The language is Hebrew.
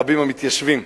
רבים המתיישבים.